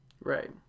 Right